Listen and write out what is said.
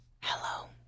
Hello